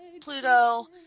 Pluto